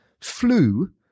flew